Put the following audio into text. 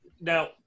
Now